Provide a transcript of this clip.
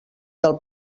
del